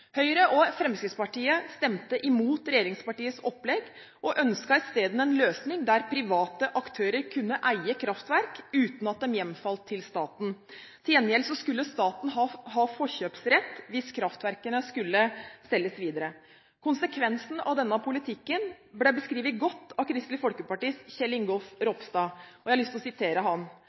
Høyre og Fremskrittspartiet stemte imot regjeringspartienes opplegg og ønsket i stedet en løsning der private aktører kunne eie kraftverk uten at de hjemfalt til staten. Til gjengjeld skulle staten ha forkjøpsrett hvis kraftverkene skulle selges videre. Konsekvensen av denne politikken ble beskrevet godt av Kristelig Folkepartis Kjell Ingolf Ropstad, og jeg har lyst til å sitere